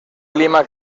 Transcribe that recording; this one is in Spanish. clima